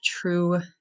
true